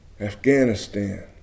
Afghanistan